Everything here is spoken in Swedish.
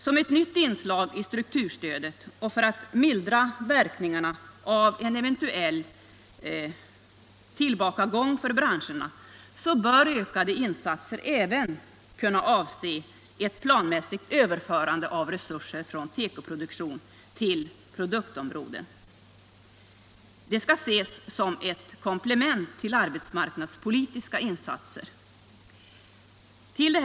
Som ett nytt inslag i strukturstödet, och för att mildra verkningarna av en eventuell tillbakagång för branscherna, bör ökade insatser även kunna avse ett planmässigt överförande av resurser från tekoproduktion till andra produktområden. Det skall ses som ett komplement till arbetsmarknadspolitiska insatser.